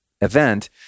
event